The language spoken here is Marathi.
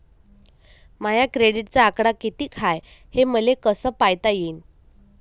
माया क्रेडिटचा आकडा कितीक हाय हे मले कस पायता येईन?